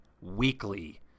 weekly